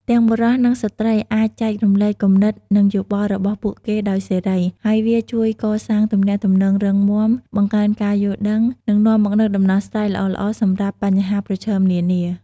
ទាំងបុរស និងស្ត្រីអាចចែករំលែកគំនិត និងយោបល់របស់ពួកគេដោយសេរី ហើយវាជួយកសាងទំនាក់ទំនងរឹងមាំ បង្កើនការយល់ដឹង និងនាំមកនូវដំណោះស្រាយល្អៗសម្រាប់បញ្ហាប្រឈមនានា។